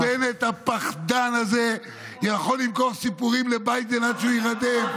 ובנט הפחדן הזה יכול למכור סיפורים לביידן עד שהוא יירדם,